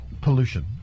pollution